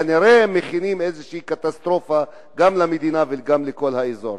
כנראה מכינים איזה קטסטרופה גם למדינה וגם לאזור.